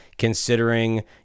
Considering